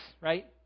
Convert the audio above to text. right